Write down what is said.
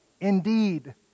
indeed